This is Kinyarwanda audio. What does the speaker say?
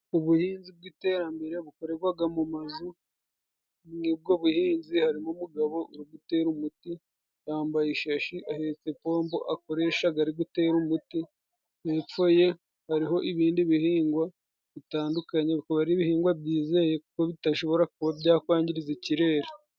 Ubuhinzi bw'iterambere bukorerwa mu mazu, muri ubwo buhinzi harimo umugabo uri gutera umuti yambaye ishashi, ahetse ipombo akoresha ari gutera umuti, hepfo ye hariho ibindi bihingwa bitandukanye, bikaba ari ibihingwa byizewe kuko bidashobora kuba byakwangiriza ikirere.